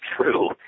true